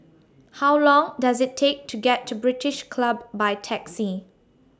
How Long Does IT Take to get to British Club By Taxi